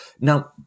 Now